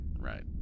right